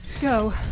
Go